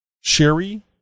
Sherry